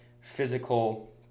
physical